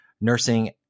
nursing